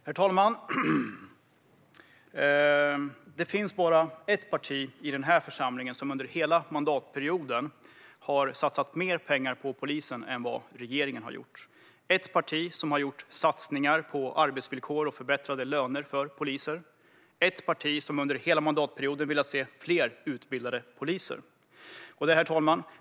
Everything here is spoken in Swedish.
Herr talman! Det finns bara ett parti i den här församlingen som under hela mandatperioden har satsat mer pengar på polisen än vad regeringen har gjort. Det är ett parti som har gjort satsningar på arbetsvillkor och förbättrade löner för poliser. Det är ett parti som under hela mandatperioden velat se fler utbildade poliser.